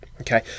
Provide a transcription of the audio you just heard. okay